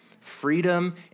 Freedom